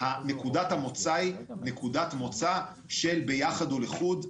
נקודת המוצא היא נקודת מוצא של ביחד ולחוד.